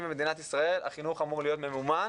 במדינת ישראל החינוך אמור להיות ממומן.